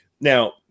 Now